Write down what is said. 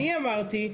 אני אמרתי,